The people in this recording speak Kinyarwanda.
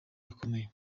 bakomeye